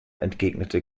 entgegnete